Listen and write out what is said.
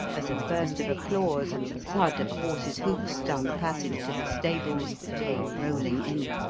as a burst of applause and the thud of a horse's hoofs down the passage to the stables came rolling in,